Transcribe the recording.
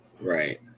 right